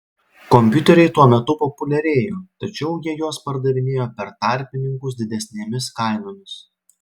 kompiuteriai tuo metu populiarėjo tačiau jie juos pardavinėjo per tarpininkus didesnėmis kainomis